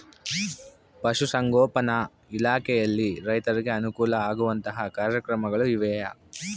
ಪಶುಸಂಗೋಪನಾ ಇಲಾಖೆಯಲ್ಲಿ ರೈತರಿಗೆ ಅನುಕೂಲ ಆಗುವಂತಹ ಕಾರ್ಯಕ್ರಮಗಳು ಇವೆಯಾ?